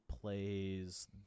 plays